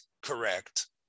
correct